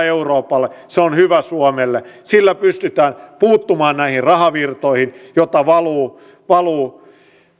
euroopalle se on hyvä suomelle sillä pystytään puuttumaan näihin rahavirtoihin joita valuu valuu